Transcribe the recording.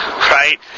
Right